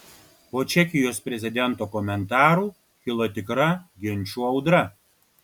po čekijos prezidento komentarų kilo tikra ginčų audra